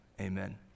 Amen